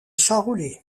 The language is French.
charolais